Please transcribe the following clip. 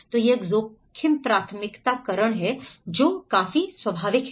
तो यह एक जोखिम प्राथमिकताकरण है जो काफी स्वभाविक है